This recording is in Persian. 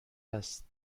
هست